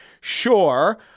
Sure